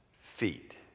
feet